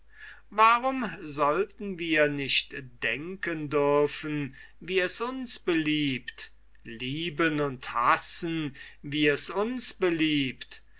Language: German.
warum sollten wir nicht denken dürfen wie es uns beliebt lieben und hassen wie es uns beliebt